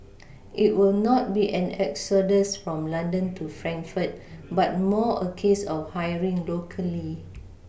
it will not be an exodus from London to Frankfurt but more a case of hiring locally